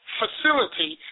facility